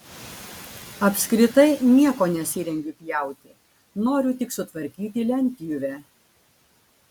apskritai nieko nesirengiu pjauti noriu tik sutvarkyti lentpjūvę